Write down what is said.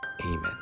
Amen